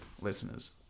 listeners